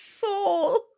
soul